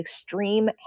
extreme